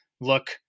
look